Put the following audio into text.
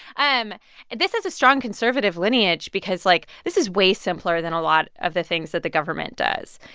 um and this has a strong conservative lineage because, like, this is way simpler than a lot of the things that the government does.